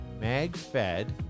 Mag-fed